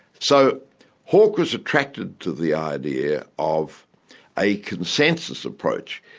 so hawke was attracted to the idea of a consensus approach,